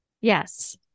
Yes